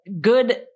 good